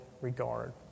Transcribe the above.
regard